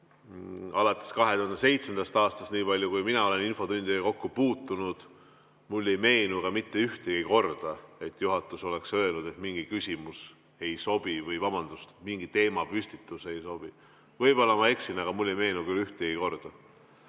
alates 2007. aastast, nii palju kui mina olen infotundidega kokku puutunud, mulle ei meenu ka mitte ühtegi korda, et juhatus oleks öelnud, et mingi küsimus ei sobi või vabandust, mingi teemapüstitus ei sobi. Võib-olla ma eksin, aga mulle ei meenu küll ühtegi korda. Peeter